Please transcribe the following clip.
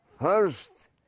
first